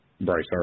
Bryce